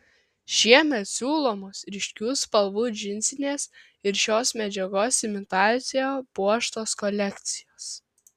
šiemet siūlomos ryškių spalvų džinsinės ir šios medžiagos imitacija puoštos kolekcijos